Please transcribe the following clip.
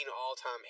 all-time